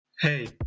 Hey